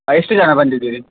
ಎಷ್ಟು ಜನ ಬಂದಿದ್ದೀರಿ